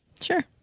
Sure